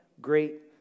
great